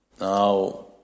Now